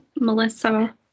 Melissa